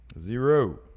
Zero